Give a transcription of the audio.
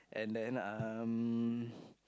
and then um